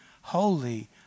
holy